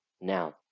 Now